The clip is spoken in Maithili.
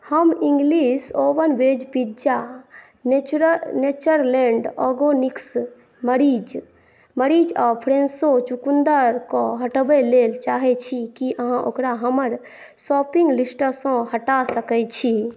हम इंग्लिश ओवन बेज पिज्जा नेचरलैण्ड ऑर्गेनिक्स मरीच आ फ़्रेशो चुकुन्दर कऽ हटाबै लेल चाहै छी की अहाँ ओकरा हमर शॉपिंग लिस्टसँ हटा सकैत छी